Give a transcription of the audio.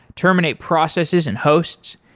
terminate processes and hosts.